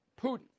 Putin